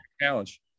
challenge